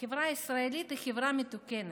החברה הישראלית היא חברה מתוקנת,